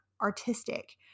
artistic